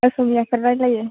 असमियाखो रायज्लायो